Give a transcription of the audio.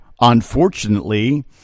unfortunately